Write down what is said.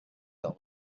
film